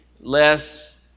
less